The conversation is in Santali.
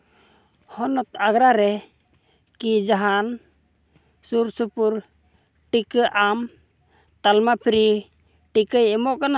ᱦᱚᱱᱚᱛ ᱟᱜᱽᱨᱟ ᱨᱮᱠᱤ ᱡᱟᱦᱟᱱ ᱥᱩᱨ ᱥᱩᱯᱩᱨ ᱴᱤᱠᱟᱹ ᱟᱢ ᱛᱟᱞᱢᱟ ᱯᱷᱨᱤ ᱴᱤᱠᱟᱹᱭ ᱮᱢᱚᱜ ᱠᱟᱱᱟ